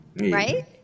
Right